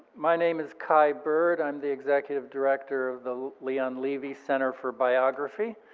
my name is kai bird, i'm the executive director of the leon levy center for biography.